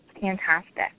fantastic